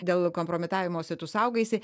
dėl kompromitavimosi tu saugaisi